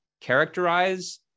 characterize